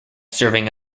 serving